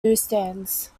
newsstands